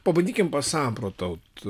pabandykim pasamprotaut